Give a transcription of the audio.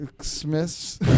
Smiths